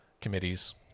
committees